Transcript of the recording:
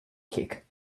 kick